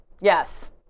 Yes